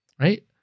right